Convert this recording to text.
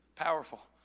Powerful